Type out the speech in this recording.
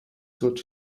good